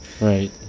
right